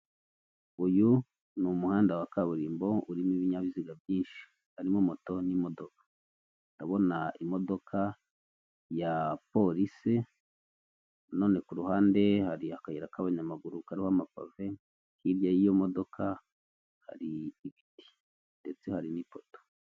Uyu ni umuhanda wa kaburimbo urimo ibinyabiziga byinshi harimo moto n'imodoka ndabona imodoka ya polisi nanone ku ruhande hari akayira k'abanyamaguru kariho amapave hirya y'iyo modoka hari ibiti ndetse hari n'ipoto.